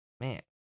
man